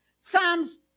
Psalms